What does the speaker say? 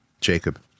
Jacob